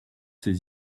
ses